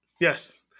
Yes